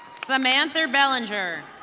samander bellinger.